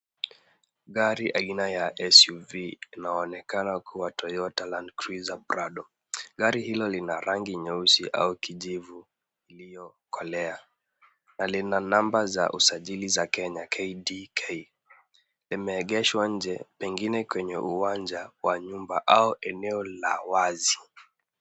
Gari aina ya SUV inaonekana kua Toyota Land cruiser Prado, gari hilo lina rangi nyeusi au kijivu iliyokolea ,na lina namba za usajili za Kenya KDK ,imeegeshwa nje pengine kwenye uwanja wa nyumba au eneo la wazi.